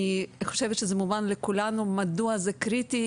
אני חושבת שזה מובן לכולנו מדוע זה קריטי,